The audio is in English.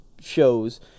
shows